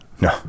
No